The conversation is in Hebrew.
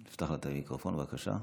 פתח לה את המיקרופון, בבקשה.